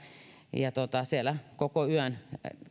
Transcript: ja siellä koko yön